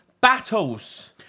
Battles